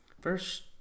First